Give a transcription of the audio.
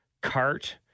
cart